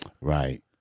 right